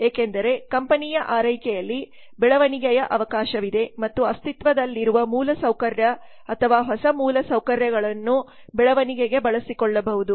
ಏಕೆಂದರೆ ಕಂಪನಿಯ ಆರೈಕೆಯಲ್ಲಿ ಬೆಳವಣಿಗೆಯ ಅವಕಾಶವಿದೆ ಮತ್ತು ಅಸ್ತಿತ್ವದಲ್ಲಿರುವ ಮೂಲಸೌಕರ್ಯ ಅಥವಾ ಹೊಸ ಮೂಲಸೌಕರ್ಯಗಳನ್ನು ಬೆಳವಣಿಗೆಗೆ ಬಳಸಿಕೊಳ್ಳಬಹುದು